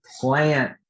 plant